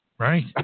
Right